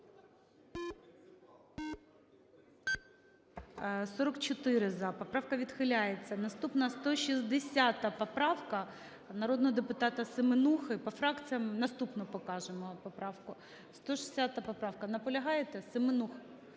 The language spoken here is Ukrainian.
За-44 Поправка відхиляється. Наступна 160 поправка народного депутатаСеменухи. По фракціям наступну покажемо поправку. 160 поправка. Наполягаєте, Семенуха?